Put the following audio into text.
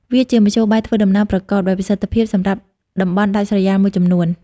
វាជាមធ្យោបាយធ្វើដំណើរប្រកបដោយប្រសិទ្ធភាពសម្រាប់តំបន់ដាច់ស្រយាលមួយចំនួន។